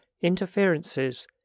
interferences